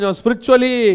spiritually